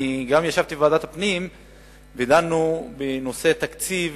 ישבתי בוועדת הפנים ודנו בנושא תקציב